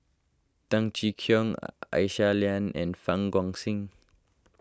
Tan Cheng Kee Aisyah Lyana and Fang Guixiang